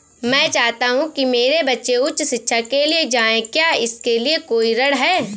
मैं चाहता हूँ कि मेरे बच्चे उच्च शिक्षा के लिए जाएं क्या इसके लिए कोई ऋण है?